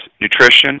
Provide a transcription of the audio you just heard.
nutrition